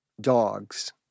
dogs